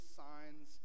signs